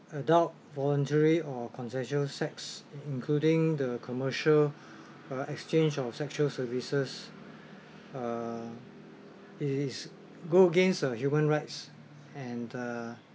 adult voluntary or consensual sex including the commercial uh exchange of sexual services uh is go against uh human rights and uh